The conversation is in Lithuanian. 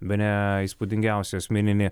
bene įspūdingiausią asmeninį